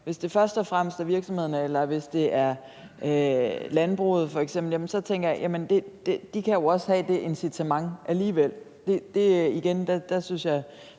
Hvis det først og fremmest er virksomhederne, eller hvis det er f.eks. landbruget, jamen så tænker jeg, at de også kan have det incitament alligevel. Jeg synes igen,